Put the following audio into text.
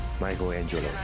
Michelangelo